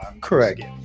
Correct